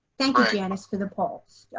thank you janice for the polls.